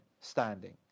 standing